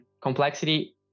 complexity